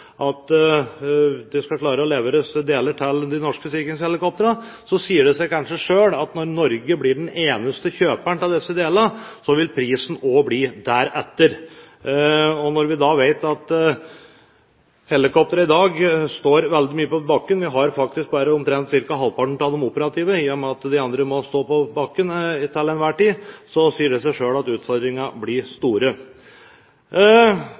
at de skal klare å levere deler til de norske Sea King-helikoptrene, sier det seg kanskje selv at når Norge blir den eneste kjøperen til delene, vil prisen også bli deretter. Når vi også vet at helikoptrene i dag står veldig mye på bakken – vi har faktisk bare omtrent halvparten av dem operative, i og med at de andre må stå på bakken til enhver tid – så sier det seg selv at utfordringene blir